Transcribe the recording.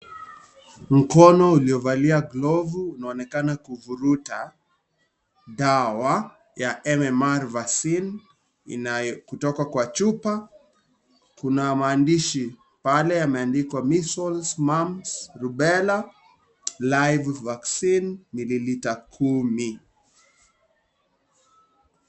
Mkono uliovalia glavu unaonekana kufuruta dawa ya MMR vaccine kutoka kwa chupa, kuna maandishi pale yameandikwa measles, mumps, rubella life vaccine mililitre kumi.